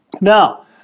Now